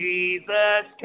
Jesus